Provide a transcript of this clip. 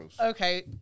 Okay